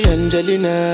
Angelina